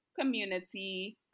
community